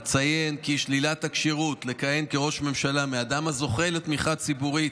אציין כי שלילת הכשירות לכהן כראש ממשלה מאדם הזוכה לתמיכה ציבורית,